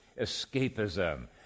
escapism